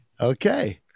Okay